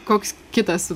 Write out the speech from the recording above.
koks kitas